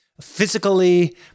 physically